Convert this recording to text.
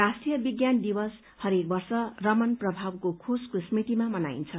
राष्ट्रीय विज्ञान दिवस हरेक वर्ष रमन प्रभागको खोजको स्मृतिमा मनाइन्छ